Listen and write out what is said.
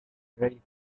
ray